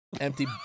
empty